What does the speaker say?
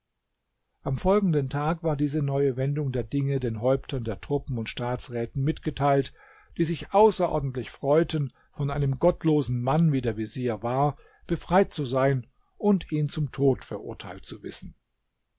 am folgenden tag war diese neue wendung der dinge den häuptern der truppen und staatsräten mitgeteilt die sich außerordentlich freuten von einem gottlosen mann wie der vezier war befreit zu sein und ihn zum tod verurteilt zu wissen